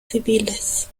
civiles